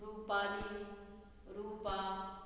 Rupali Rupa